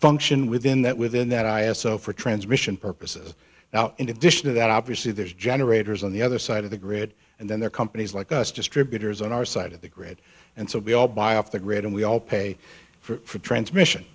function within that within that i s o for transmission purposes now in addition to that obviously there's generators on the other side of the grid and then they're companies like us distributors on our side of the grid and so we all buy off the grid and we all pay for transmission